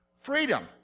Freedom